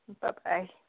Bye-bye